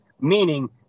meaning